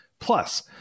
Plus